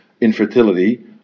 infertility